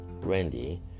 Randy